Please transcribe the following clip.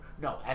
No